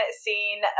seen